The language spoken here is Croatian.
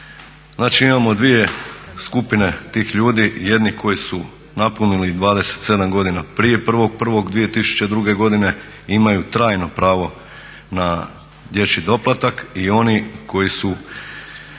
Znači imamo dvije skupine tih ljudi, jedni koji su napunili 27 godina prije 1.1.2002.godine i imaju trajno pravo na dječji doplatak i oni koji su 27